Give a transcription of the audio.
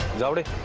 jyoti